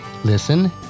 listen